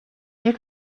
you